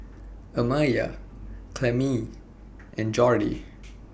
Amaya Clemmie and Jordy